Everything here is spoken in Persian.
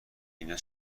اینا